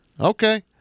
Okay